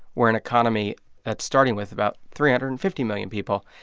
we're an economy that's starting with about three hundred and fifty million people.